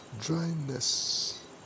dryness